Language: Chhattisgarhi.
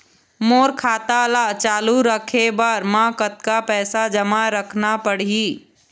मोर खाता ला चालू रखे बर म कतका पैसा जमा रखना पड़ही?